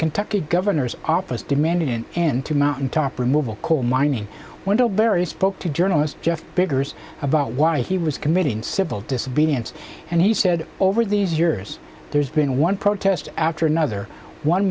kentucky governor's office demanding an end to mountaintop removal coal mining wendell berry spoke to journalist jeff biggers about why he was committing civil disobedience and he said over these years there's been one protest after another one